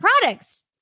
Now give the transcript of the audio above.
products